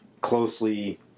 closely